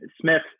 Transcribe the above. Smith